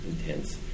intense